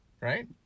Right